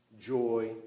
joy